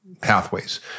pathways